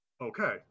okay